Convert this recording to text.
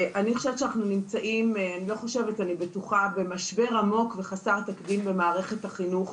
אני חושבת שאנחנו נמצאים במשבר עמוק וחסר תקדים במערכת החינוך.